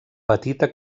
petita